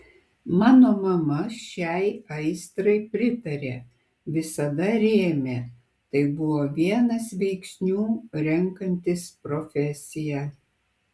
mano mama šiai aistrai pritarė visada rėmė tai buvo vienas veiksnių renkantis profesiją